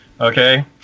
okay